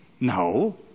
No